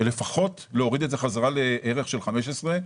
לפחות להוריד את זה בחזרה לערך של 15%,